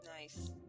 Nice